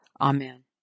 Amen